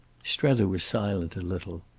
strether was silent a little.